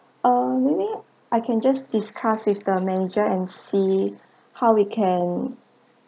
ah maybe I can just discuss with the manager and see how we can